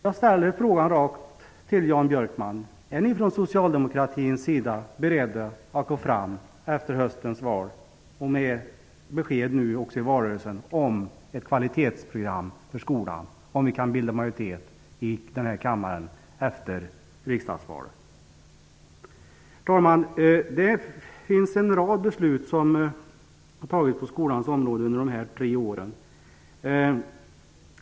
Jag ställer frågan till Jan Björkman: Är ni från Socialdemokraternas sida beredda att efter höstens val, och också ge besked nu i valrörelsen, lägga fram ett kvalitetsprogram för skolan, om vi kan bilda majoritet i denna kammare efter riksdagsvalet? Herr talman! Det finns en rad beslut som vi fattat på skolans område under dessa tre år.